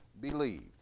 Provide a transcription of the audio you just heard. believed